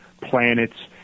planets